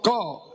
God